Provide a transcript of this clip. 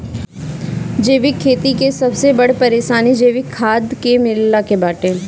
जैविक खेती के सबसे बड़ परेशानी जैविक खाद के मिलला के बाटे